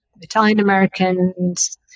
Italian-Americans